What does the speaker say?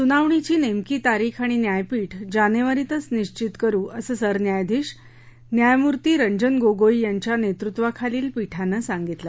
सुनावणीची नेमकी तारीख आणि न्यायपीठ जानेवारीतच निश्वित करू असं सरन्यायाधीश न्यायमूर्ती रंजन गोगोई यांच्या नेतृत्वाखालील पीठानं सांगितलं